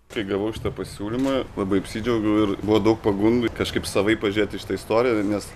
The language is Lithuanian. kai gavau šitą pasiūlymą labai apsidžiaugiau ir buvo daug pagundų kažkaip savaip pažiūrėt į šitą istoriją nes